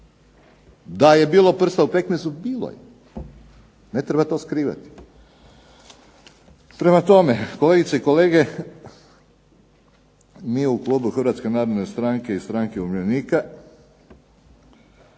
Da je bilo prsta u pekmezu, bilo je. Ne treba to skrivati. Prema tome, kolegice i kolege mi u klubu Hrvatske narodne stranke i Stranke umirovljenika